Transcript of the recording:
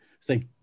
say